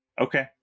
Okay